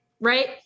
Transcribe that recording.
right